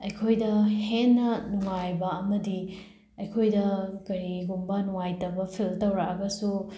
ꯑꯩꯈꯣꯏꯗ ꯍꯦꯟꯅ ꯅꯨꯡꯉꯥꯏꯕ ꯑꯃꯗꯤ ꯑꯩꯈꯣꯏꯗ ꯀꯔꯤꯒꯨꯝꯕ ꯅꯨꯡꯉꯥꯏꯇꯕ ꯐꯤꯜ ꯇꯧꯔꯛꯑꯒꯁꯨ